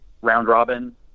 round-robin